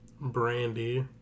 Brandy